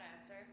answer